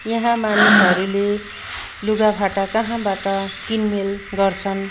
यहाँ मानिसहरूले लुगाफाटा कहाँबाट किनमेल गर्छन्